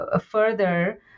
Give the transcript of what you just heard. further